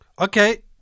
Okay